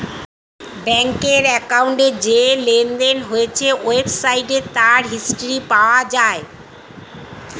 ব্যাংকের অ্যাকাউন্টে যে লেনদেন হয়েছে ওয়েবসাইটে তার হিস্ট্রি পাওয়া যায়